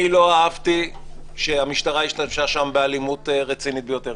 לא אהבתי שהמשטרה השתמשה שם באלימות רצינית ביותר.